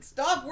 Stop